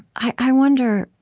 i wonder,